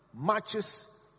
matches